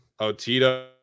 Otito